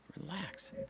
Relax